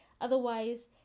otherwise